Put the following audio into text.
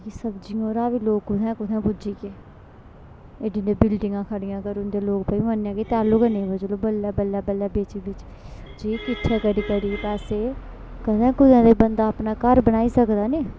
की सब्जियें रा बी लोक कुत्थैं कुत्थैं पुज्जी गे एड्डी एड्डी बिल्डिंगा खड़ियां करी ओड़दे लोक भाई मन्नेआं कि तैलुं गै नेईं चलो बल्लें बल्लें बल्लें बेची बेची बेची सब्जी किट्ठा करी करी पैसे कदें कुदै ते बंदा अपना घर बनाई सकदा नी